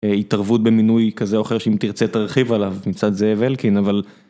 התערבות במינוי כזה או אחר שאם תרצה תרחיב עליו מצד זאב אלקין אבל.